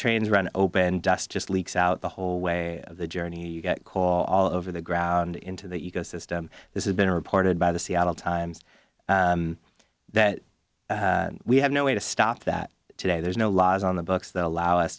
trains run open dust just leaks out the whole way the journey you get call all over the ground into the ecosystem this has been reported by the seattle times that we have no way to stop that today there's no laws on the books that allow us